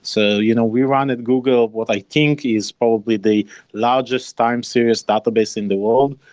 so you know we run at google what i think is probably the largest time series database in the world,